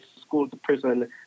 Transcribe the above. school-to-prison